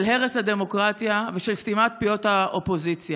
הרס הדמוקרטיה ושל סתימת פיות האופוזיציה.